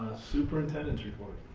superintendent's report.